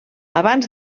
abans